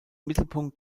mittelpunkt